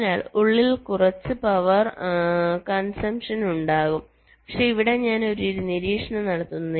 അതിനാൽ ഉള്ളിൽ കുറച്ച് പവർ കൺസംപ്ഷൻ ഉണ്ടാകും പക്ഷേ ഇവിടെ ഞാൻ ഒരു നിരീക്ഷണം നടത്തുന്നു